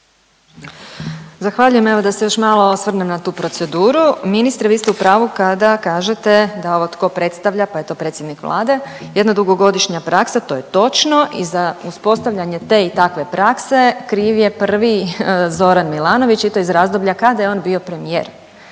Zahvaljujem. Evo da se još malo osvrnem na tu proceduru. Ministre, vi ste u pravu kada kažete da ovo tko predstavlja, pa je to predsjednik Vlade, jedna dugogodišnja praksa, to je točno i za uspostavljanje te i takve prakse, kriv je prvi Zoran Milanović i to iz razdoblja kada je on bio premijer,